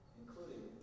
including